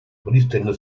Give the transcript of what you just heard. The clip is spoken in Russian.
пристально